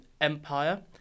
empire